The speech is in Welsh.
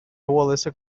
wallace